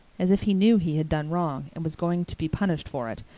as if he knew he had done wrong and was going to be punished for it,